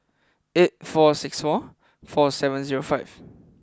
eight four six four four seven zero five